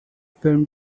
film